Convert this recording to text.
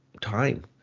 time